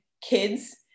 kids